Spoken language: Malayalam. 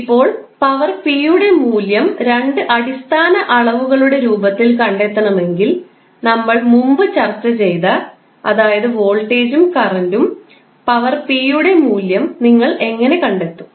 ഇപ്പോൾ പവർ p യുടെ മൂല്യം രണ്ട് അടിസ്ഥാന അളവുകളുടെ രൂപത്തിൽ കണ്ടെത്തണമെങ്കിൽ നമ്മൾ മുമ്പ് ചർച്ച ചെയ്ത അതായത് വോൾട്ടേജും കറന്റും പവർ p യുടെ മൂല്യം നിങ്ങൾ എങ്ങനെ കണ്ടെത്തും